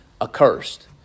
accursed